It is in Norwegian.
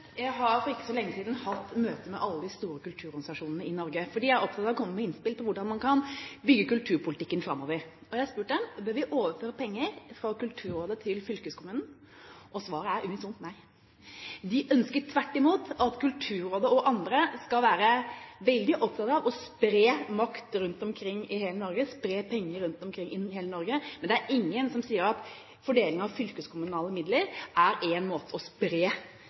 Jeg har for ikke så lenge siden hatt møte med alle de store kulturorganisasjonene i Norge, for de er opptatt av å komme med innspill til hvordan man kan bygge kulturpolitikken framover. Jeg har spurt dem om de vil overføre penger fra Kulturrådet til fylkeskommunen, og svaret er unisont nei. De ønsker tvert imot at Kulturrådet og andre skal være veldig opptatt av å spre makt og penger i hele Norge, men det er ingen som sier at fordeling av fylkeskommunale midler er en måte å spre